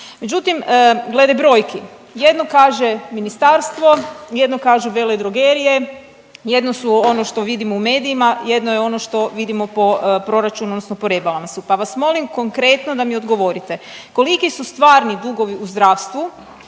Međutim, glede brojki. Jedno kaže ministarstvo, jedno kažu veledrogerije, jedno su ono što vidimo u medijima, jedno je ono što vidimo po proračunu, odnosno po rebalansu. Pa vas molim konkretno da mi odgovorite koliki su stvarni dugovi u zdravstvu